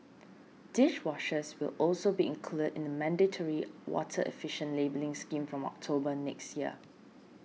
dishwashers will also be included in the mandatory water efficiency labelling scheme from October next year